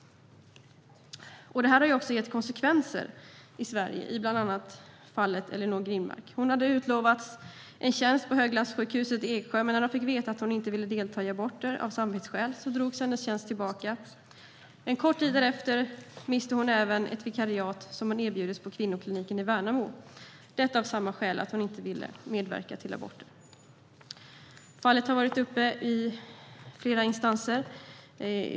Det här har gett konsekvenser i Sverige, bland annat i fallet Ellinor Grimmark. Hon hade utlovats en tjänst på Höglandssjukhuset i Eksjö, men när man fick veta att hon av samvetsskäl inte vill delta i aborter drogs hennes tjänst tillbaka. En kort tid därefter miste hon även ett vikariat hon erbjudits på kvinnokliniken i Värnamo. Detta av samma skäl - att hon inte vill medverka till aborter. Fallet har varit uppe i domstol i flera instanser.